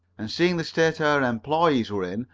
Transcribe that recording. and seeing the state her employees were in,